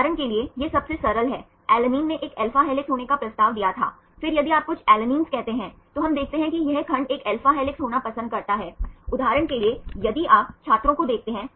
यह प्राथमिक संरचना से माध्यमिक संरचनाओं तक जा रहा है यह एक स्तर ऊपर है